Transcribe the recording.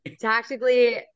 Tactically